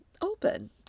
open